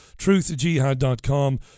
truthjihad.com